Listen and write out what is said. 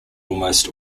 almost